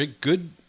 good